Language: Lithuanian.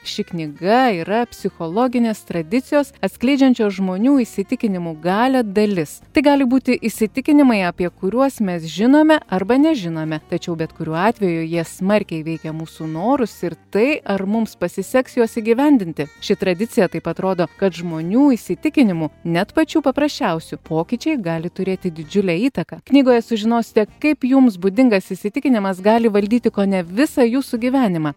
ši knyga yra psichologinės tradicijos atskleidžiančios žmonių įsitikinimų galią dalis tai gali būti įsitikinimai apie kuriuos mes žinome arba nežinome tačiau bet kuriuo atveju jie smarkiai veikia mūsų norus ir tai ar mums pasiseks juos įgyvendinti ši tradicija taip pat rodo kad žmonių įsitikinimu net pačių paprasčiausių pokyčiai gali turėti didžiulę įtaką knygoje sužinosite kaip jums būdingas įsitikinimas gali valdyti kone visą jūsų gyvenimą